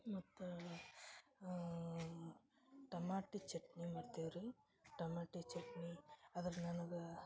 ಮತ್ತು ಟಮಾಟಿ ಚಟ್ನಿ ಮಾಡ್ತಿವಿ ರೀ ಟಮಾಟಿ ಚಟ್ನಿ ಆದ್ರ ನನಗೆ